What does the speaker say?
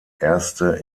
erste